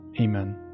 Amen